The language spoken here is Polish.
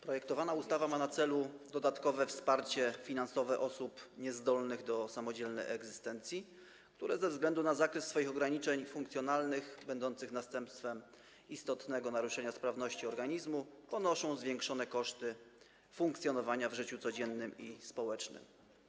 Projektowana ustawa ma na celu dodatkowe wsparcie finansowe osób niezdolnych do samodzielnej egzystencji, które ze względu na zakres swoich ograniczeń funkcjonalnych będących następstwem istotnego naruszenia sprawności organizmu ponoszą zwiększone koszty funkcjonowania w życiu codziennym i społecznym.